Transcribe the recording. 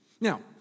Now